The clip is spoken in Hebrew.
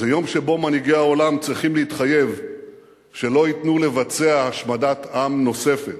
זה יום שבו מנהיגי העולם צריכים להתחייב שלא ייתנו לבצע השמדת עם נוספת,